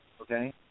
Okay